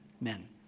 men